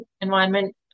environment